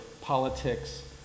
politics